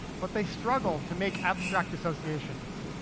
but they struggle to make abstract associations,